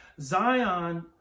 Zion